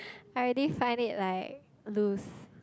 I already find it like loose